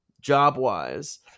job-wise